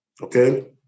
Okay